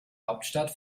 hauptstadt